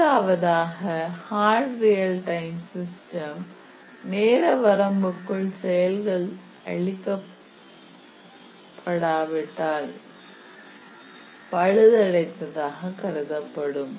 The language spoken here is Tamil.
முதலாவதாக ஹாட் ரியல் டைம் சிஸ்டம் நேர வரம்பிற்குள் செயல்கள் அளிக்கப்படாவிட்டால் பழுதடைந்ததாகக் கருதப்படும்